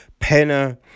Penner